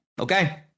Okay